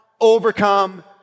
overcome